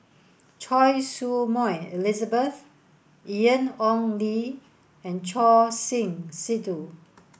Choy Su Moi Elizabeth Ian Ong Li and Choor Singh Sidhu